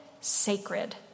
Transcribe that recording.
sacred